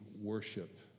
worship